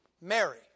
Mary